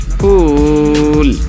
fool